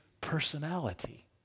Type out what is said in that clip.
personality